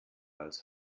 als